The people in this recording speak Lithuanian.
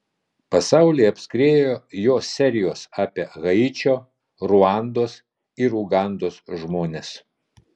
pasaulį apskriejo jo serijos apie haičio ruandos ir ugandos žmones